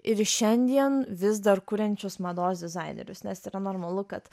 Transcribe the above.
ir šiandien vis dar kuriančius mados dizainerius nes yra normalu kad